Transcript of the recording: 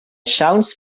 siawns